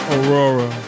Aurora